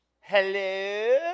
Hello